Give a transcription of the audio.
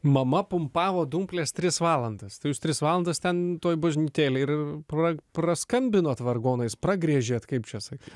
mama pumpavo dumples tris valandas tai jūs tris valandas ten toj bažnytėlėj ir pra pra skambinot vargonais pragręžėt kaip čia sakyt